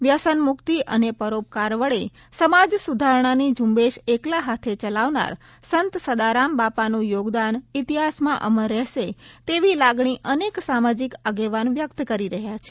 વ્યસન મુક્તિ અને પરોપકાર વડે સમાજ સુધારણાની ઝૂંબેશ એકલા હાથે ચલાવનાર સંત સદારામ બાપાનું યોગદાન ઇતિહાસમાં અમર રહેશે તેવી લાગણી અનેક સામાજિક આગેવાન વ્યક્ત કરી રહ્યાં છે